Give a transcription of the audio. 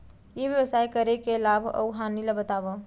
ई व्यवसाय करे के लाभ अऊ हानि ला बतावव?